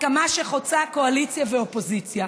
הסכמה שחוצה קואליציה ואופוזיציה.